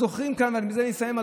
בזה אני אסיים,